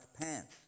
pants